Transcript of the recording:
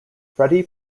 freddie